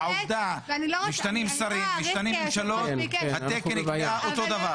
משתנים שרים, משתנות ממשלות, התקן נקבע אותו דבר.